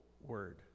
word